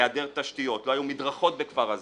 היעדר תשתיות, לא היו מדרכות בכפר אז"ר,